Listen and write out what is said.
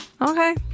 Okay